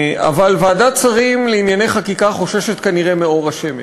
אבל ועדת שרים לענייני חקיקה חוששת כנראה מאור השמש.